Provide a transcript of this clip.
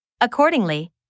Accordingly